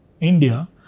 India